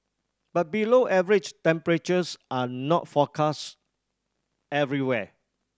but below average temperatures are not forecast everywhere